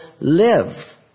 live